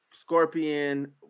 Scorpion